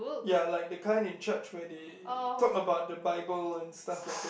ya like the kind in church where they talk about the Bible and stuff like that